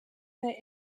der